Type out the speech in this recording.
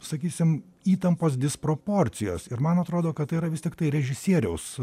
sakysim įtampos disproporcijos ir man atrodo kad tai yra vis tiktai režisieriaus